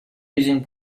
using